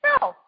No